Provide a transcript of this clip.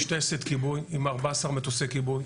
יש טייסת כיבוי עם 14 מטוסי כיבוי,